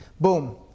Boom